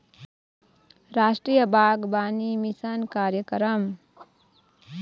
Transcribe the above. रास्टीय बागबानी मिसन कार्यकरम